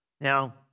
Now